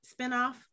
spinoff